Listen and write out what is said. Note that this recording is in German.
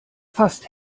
fast